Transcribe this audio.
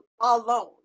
alone